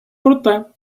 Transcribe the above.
проте